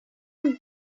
மாநில